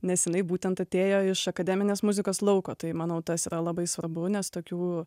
nes jinai būtent atėjo iš akademinės muzikos lauko tai manau tas yra labai svarbu nes tokių